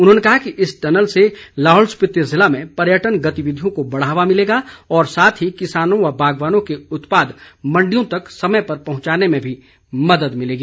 उन्होंने कहा कि इस टनल से लाहौल स्पीति ज़िले में पर्यटन गतिविधियों को बढ़ावा मिलेगा और साथ ही किसानों व बागवानों के उत्पाद मंडियों तक समय पर पहुंचाने में भी मदद मिलेगी